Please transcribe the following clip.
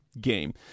game